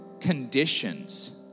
conditions